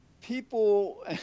people